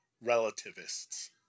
relativists